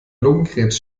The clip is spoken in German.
lungenkrebs